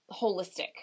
holistic